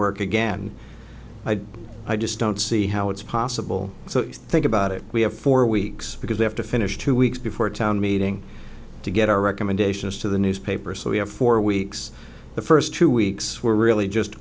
work again i just don't see how it's possible so think about it we have four weeks because they have to finish two weeks before town meeting to get our recommendations to the newspaper so we have four weeks the first two weeks were really just